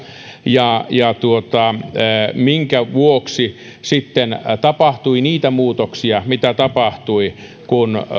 ja ja minkä vuoksi tapahtui niitä muutoksia mitä tapahtui kun